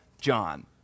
John